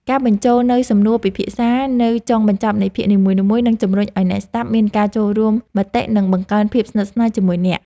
ការបញ្ចូលនូវសំណួរពិភាក្សានៅចុងបញ្ចប់នៃភាគនីមួយៗនឹងជំរុញឱ្យអ្នកស្តាប់មានការចូលរួមមតិ និងបង្កើនភាពស្និទ្ធស្នាលជាមួយអ្នក។